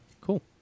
Cool